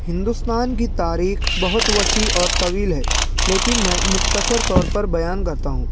ہندوستان کی تاریخ بہت وسیع اور طویل ہے لیکن میں مختصر طور پر بیان کرتا ہوں